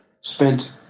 spent